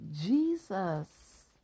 Jesus